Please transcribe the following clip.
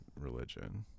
religion